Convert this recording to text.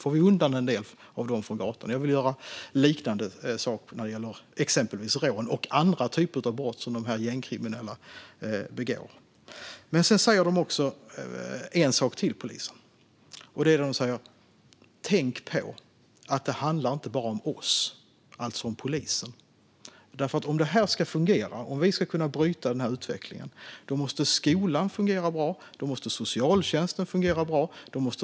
På så sätt får vi undan en del av dem från gatan. Jag vill göra liknande saker när det gäller exempelvis rån och andra typer av brott som de här gängkriminella begår. Men poliserna säger också en sak till: Tänk på att det inte bara handlar om polisen! Om det här ska fungera, om vi ska kunna bryta utvecklingen, måste skolan och socialtjänsten fungera bra.